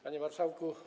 Panie Marszałku!